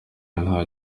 nta